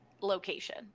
location